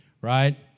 right